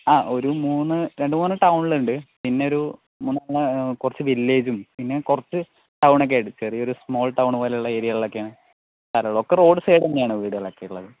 ആ ഒരു മൂന്ന് രണ്ട് മൂന്നെണ്ണം ടൗണിലുണ്ട് പിന്നെ ഒരു മൂന്ന് കുറച്ച് വില്ലെജും കുറച്ച് ടൗണൊക്കെ ആയിട്ട് ചെറിയ ഒരു സ്മാൾ ടൗൺ പോലെയുള്ള ഏരിയകൾ ഒക്കെയാണ് സ്ഥലം ഉള്ളത് ഒക്കെ റോഡ് സൈഡ് ഒക്കെയാണ് വീടുകൾ ഒക്കെ ഉള്ളത്